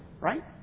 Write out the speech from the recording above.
Right